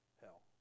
hell